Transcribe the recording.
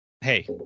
Hey